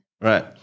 Right